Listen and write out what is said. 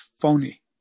phony